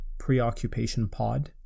PreoccupationPod